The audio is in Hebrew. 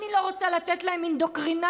אני לא רוצה לתת להם אינדוקטרינציה